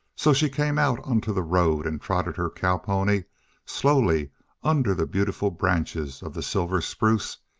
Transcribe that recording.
so she came out onto the road and trotted her cow-pony slowly under the beautiful branches of the silver spruce,